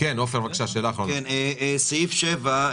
סעיף 7,